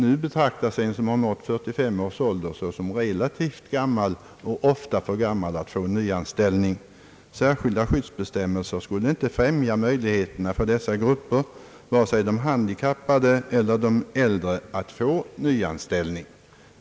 Nu betraktas den som har nått 45 års ålder som överårig och ofta för gammal att få nyanställning. Särskilda skyddsbestämmelser skulle inte främja möjligheterna för dessa grupper, vare sig de handikappade eller de äldre, att få nyanställning.